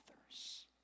others